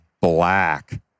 black